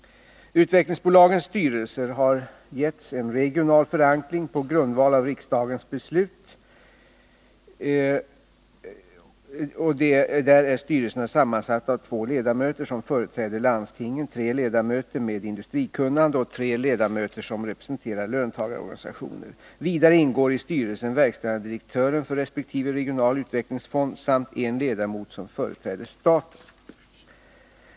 Utvecklingsbolagens styrelser har getts en regional förankring. På grundval av riksdagens beslut är styrelserna sammansatta av två ledamöter som företräder landstingen, tre ledamöter med industrikunnande och tre ledamöter som representerar löntagarorganisationer. Vidare ingår i styrelsen verkställande direktören för resp. regional utvecklingsfond samt en ledamot som företräder staten.